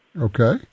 Okay